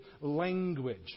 language